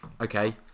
Okay